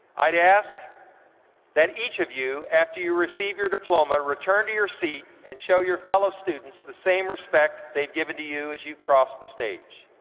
i'd ask that each of you, after you receive your diploma, return to your seat and show your fellow students the same respect they've given to you as you crossed the stage.